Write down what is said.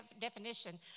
definition